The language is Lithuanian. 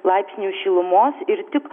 laipsnių šilumos ir tik